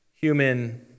human